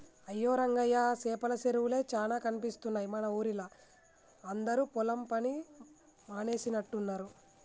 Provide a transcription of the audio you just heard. అయ్యో రంగయ్య సేపల సెరువులే చానా కనిపిస్తున్నాయి మన ఊరిలా అందరు పొలం పని మానేసినట్టున్నరు